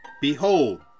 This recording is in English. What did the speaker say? behold